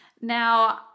Now